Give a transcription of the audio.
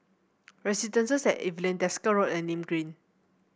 residences at Evelyn Desker Road and Nim Green